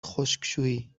خشکشویی